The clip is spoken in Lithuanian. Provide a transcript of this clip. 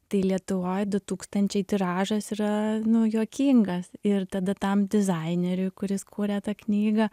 tai lietuvoj du tūkstančiai tiražas yra nu juokingas ir tada tam dizaineriui kuris kuria tą knygą